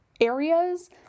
Areas